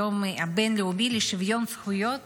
היום הבין-לאומי לשוויון זכויות